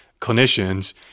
clinicians